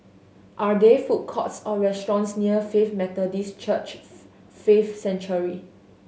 are there food courts or restaurants near Faith Methodist Church Faith Sanctuary